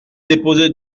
déposé